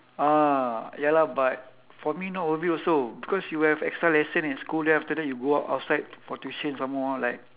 ah ya lah but for me not worth it also because you have extra lesson in school then after that you go out outside for tuition some more like